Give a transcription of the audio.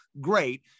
Great